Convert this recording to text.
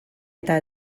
eta